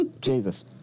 Jesus